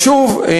אז שוב,